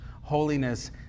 Holiness